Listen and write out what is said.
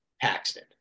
Paxton